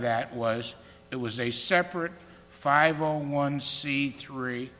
that was it was a separate five on one c three